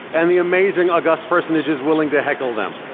and the amazing august personages willing to heckle them.